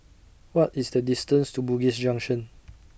What IS The distance to Bugis Junction